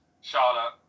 Charlotte